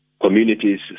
Communities